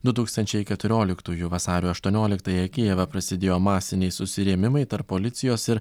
du tūkstančiai keturioliktųjų vasario aštuonioliktąją kijeve prasidėjo masiniai susirėmimai tarp policijos ir